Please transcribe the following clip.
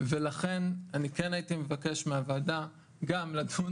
לכן כן הייתי מבקש מהוועדה גם לדון